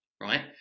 Right